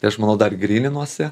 tai aš manau dar gryninuosi